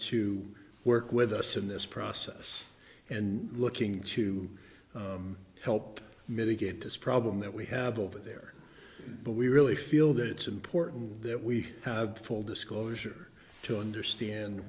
to work with us in this process and looking to help mitigate this problem that we have over there but we really feel that it's important that we have full disclosure to understand